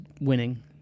winning